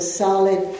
solid